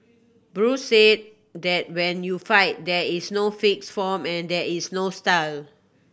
Bruce said that when you fight there is no fixed form and there is no style